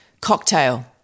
cocktail